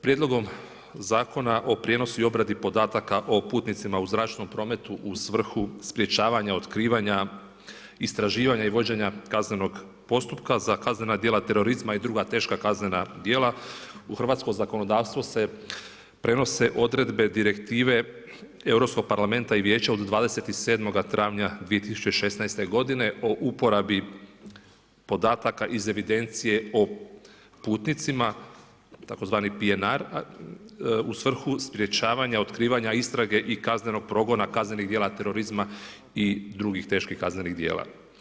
Prijedlogom Zakona o prijenosu i obradi podataka o putnicima u zračnom prometu u svrhu sprječavanja, otkrivanja, istraživanja i vođenja kaznenog postupka za kaznena djela terorizma i druga teška kaznena djela u hrvatskom zakonodavstvu se prenose odredbe direktive Europskog parlamenta i Vijeća od 27. travnja 2016. godine o uporabi podataka iz evidencije o putnicima, tzv. PNR u sprječavanja, otkrivanja, istrage i kaznenog progona kaznenih djela terorizma i drugih teških kaznenih djela.